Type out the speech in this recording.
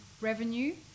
revenue